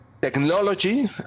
technology